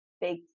big